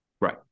Right